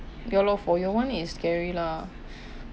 ya lor for your one is scary lah